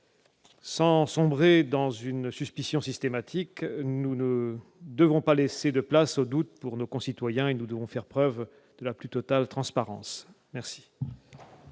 Sans sombrer dans une suspicion systématique, nous ne devons pas laisser de place aux doutes pour nos concitoyens et nous devons faire preuve de la plus totale transparence. Quel